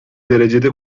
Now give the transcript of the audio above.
derecede